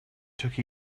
took